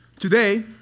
Today